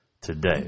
today